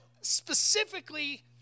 specifically